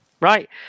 Right